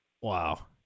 Wow